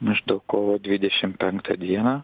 maždaug kovo dvidešimt penktą dieną